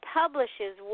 publishes